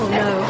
no